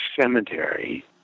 cemetery